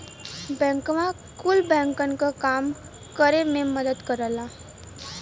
बैंकवा कुल बैंकन क काम करे मे मदद करेला